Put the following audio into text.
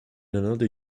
another